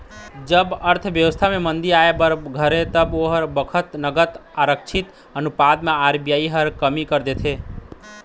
जब अर्थबेवस्था म मंदी आय बर धरथे तब ओ बखत नगद आरक्छित अनुपात म आर.बी.आई ह कमी कर देथे